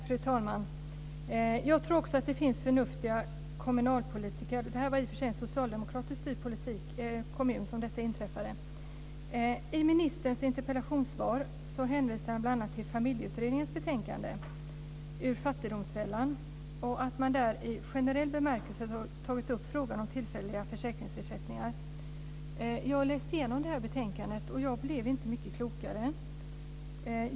Fru talman! Jag tror också att det finns förnuftiga kommunalpolitiker. Det var i och för sig i en socialdemokratiskt styrd kommun som detta inträffade. I ministerns interpellationssvar hänvisar han bl.a. till Familjeutredningens betänkande Ur fattigdomsfällan och att man där i generell bemärkelse har tagit upp frågan om tillfälliga försäkringsersättningar. Jag har läst igenom betänkandet, men jag blev inte mycket klokare.